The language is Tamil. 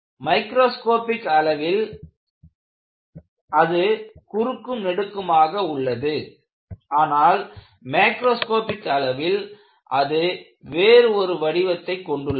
மைக்ராஸ்கோப்பிக் அளவில் அது குறுக்கும் நெடுக்குமாக உள்ளது ஆனால் மாக்ரோஸ்காபிக் அளவில் வேறு ஒரு வடிவத்தைக் கொண்டுள்ளது